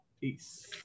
Peace